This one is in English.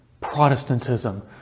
Protestantism